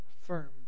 firm